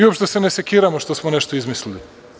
Uopšte se ne sekiramo što smo nešto izmislili.